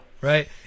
Right